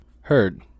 Heard